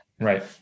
Right